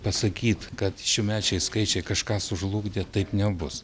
pasakyt kad šiųmečiai skaičiai kažką sužlugdė taip nebus